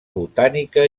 botànica